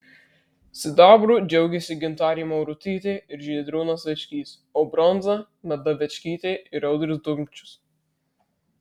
sidabru džiaugėsi gintarė maurutytė ir žydrūnas večkys o bronza meda večkytė ir audrius dumčius